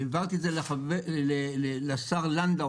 והעברתי את זה לשר לנדאו,